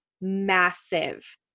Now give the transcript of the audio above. massive